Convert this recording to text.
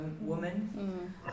woman